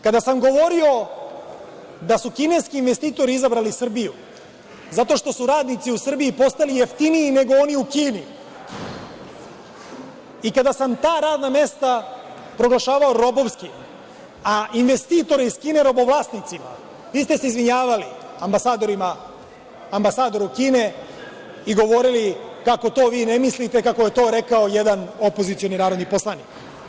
Kada sam govorio da su kineski investitori izabrali Srbiju zato što su radnici u Srbiji postali jeftiniji nego oni u Kini i kada sam ta radna mesta proglašavao robovskim, a investitore iz Kine robovlasnicima, vi ste se izvinjavali ambasadoru Kine i govorili kako to vi ne mislite, kako je to rekao jedan opozicioni narodni poslanik.